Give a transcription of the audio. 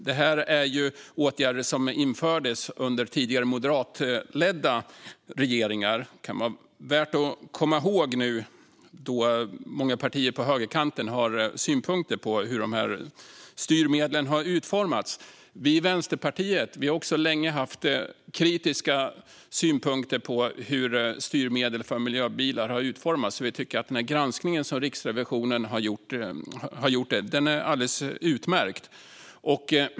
Det är fråga om åtgärder som infördes under tidigare moderatledda regeringar, vilket kan vara värt att komma ihåg nu när många partier på högerkanten har synpunkter på hur styrmedlen utformats. Vi i Vänsterpartiet har också länge haft kritiska synpunkter på hur styrmedel för miljöbilar utformats. Vi tycker att den granskning som Riksrevisionen gjort är alldeles utmärkt.